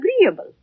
agreeable